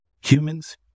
Humans